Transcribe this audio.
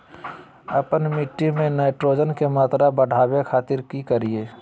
आपन मिट्टी में नाइट्रोजन के मात्रा बढ़ावे खातिर की करिय?